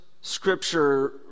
scripture